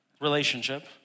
relationship